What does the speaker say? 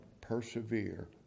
persevere